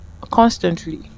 constantly